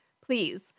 Please